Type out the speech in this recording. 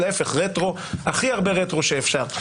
להפך, הכי הרבה רטרו שאפשר.